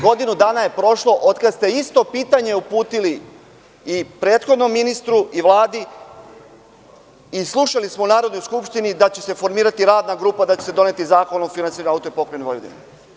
Godinu dana je prošlo od kada ste isto pitanje uputili i prethodnom ministru i Vladi i slušali smo u Narodnoj skupštini da će se formirati radna grupa i da će se doneti zakon o finansiranju AP Vojvodine.